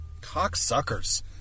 Cocksuckers